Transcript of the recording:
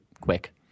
quick